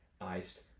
iced